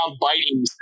biting